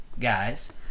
guys